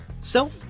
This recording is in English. Self